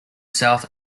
south